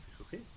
Okay